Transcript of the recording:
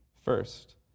First